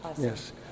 Yes